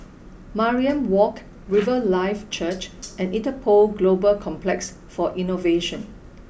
Mariam Walk Riverlife Church and Interpol Global Complex for Innovation